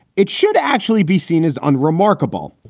it should actually be seen as unremarkable.